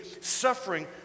suffering